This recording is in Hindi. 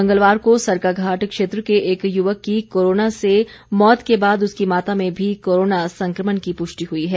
मंगलवार को सरकाघाट क्षेत्र के एक यूवक की कोरोना से मौत के बाद उसकी माता में भी कोरोना संक्रमण की पुष्टि हई है